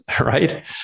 right